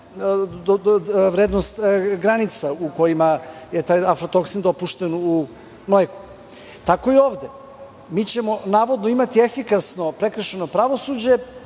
vrednost i granicu u kojoj je taj aflatoksin dopušten. Tako je i ovde. Mi ćemo navodno imati efikasno prekršajno pravosuđe